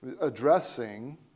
addressing